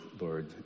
Lord